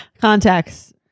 Contacts